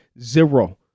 Zero